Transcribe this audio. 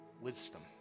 wisdom